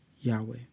Yahweh